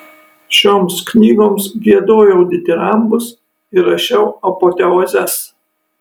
šioms knygoms giedojau ditirambus ir rašiau apoteozes